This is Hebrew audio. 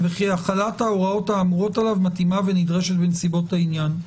וכי החלת ההוראות האמורות עליו מתאימה ונדרשת בנסיבות העניין.